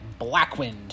Blackwind